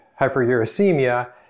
hyperuricemia